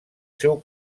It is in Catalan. seu